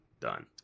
done